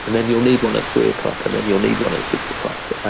and then you'll need one at three o'clock, and then you'll need one at six o'clock.